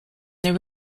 their